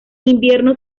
invierno